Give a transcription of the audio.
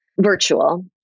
virtual